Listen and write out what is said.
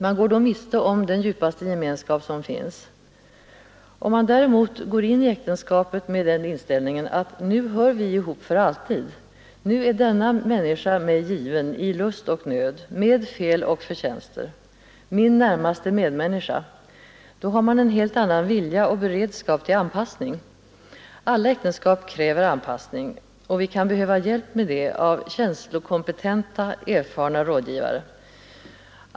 Man går då miste om den djupaste gemenskap som finns, Går man däremot in i äktenskapet med den inställningen att nu hör vi ihop för alltid, nu är denna människa mig given i lust och nöd, med fel och förtjänster — min närmaste medmänniska —, då har man en helt annan vilja och beredskap till anpassning. Alla äktenskap kräver anpassning, och vi kan behöva hjälp med det av känslokompetenta erfarna rådgivare.